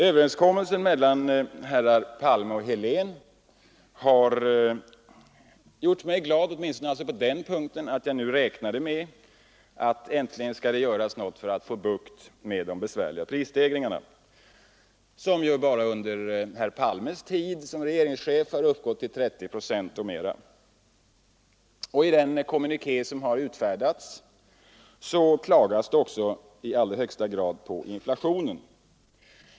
Överenskommelsen mellan herrar Palme och Helén gjorde mig glad åtminstone så till vida att jag nu räknade med att det äntligen skulle göras något för att få bukt med de besvärliga prisstegringarna, som bara under herr Palmes tid som regeringschef uppgått till 30 procent och mera. I den kommuniké som utfärdades klagas det också mycket på inflationen.